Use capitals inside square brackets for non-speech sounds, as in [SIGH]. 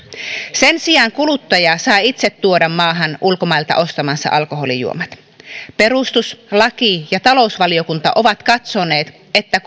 sen sijaan kuluttaja saa itse tuoda maahan ulkomailta ostamansa alkoholijuomat perustuslaki laki ja talousvaliokunta ovat katsoneet että [UNINTELLIGIBLE]